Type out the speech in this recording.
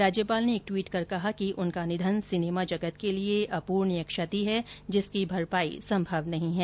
राज्यपाल ने एक ट्वीट कर कहा कि उनका निधन सिनेमा जगत के लिए अप्रणीय क्षति है जिसकी भरपाई संभव नहीं है